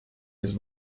his